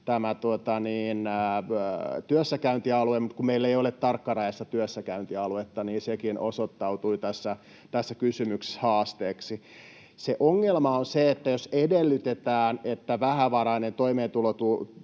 työssäkäyntialue, mutta kun meillä ei ole tarkkarajaista työssäkäyntialuetta, niin sekin osoittautui tässä kysymyksessä haasteeksi. Se ongelma on se, että jos edellytetään, että vähävarainen, toimeentulotuella